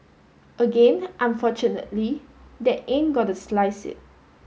again unfortunately that ain't gonna slice it